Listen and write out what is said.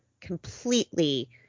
completely